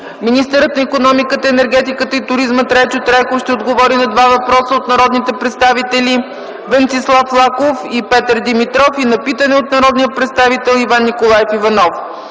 Министърът на икономиката, енергетиката и туризма Трайчо Трайков ще отговори на два въпроса от народните представители Венцислав Лаков и Петър Димитров и на питане от народния представител Иван Николаев Иванов.